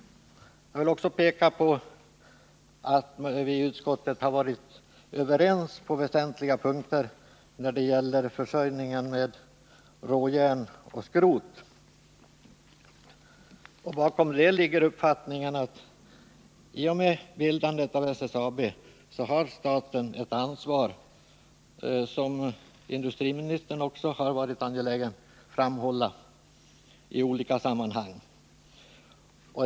Jag vill även peka på att vi i utskottet har varit överens på väsentliga punkter när det gäller försörjningen med råjärn och skrot. Bakom detta ligger uppfattningen att staten i och med bildandet av SSAB har ett ansvar, som även industriministern har varit angelägen att framhålla i olika sammanhang.